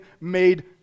made